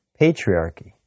patriarchy